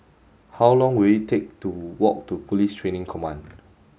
how long will it take to walk to Police Training Command